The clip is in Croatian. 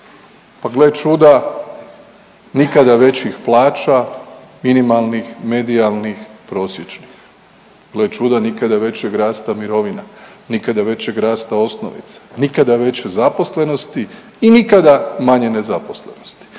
Pa gle čuda, nikada većih plaća minimalnih, medijalnih, prosječnih. Gle čuda nikada većeg rasta mirovina, nikada većeg rasta osnovice, nikada veće zaposlenosti i nikada manje nezaposlenosti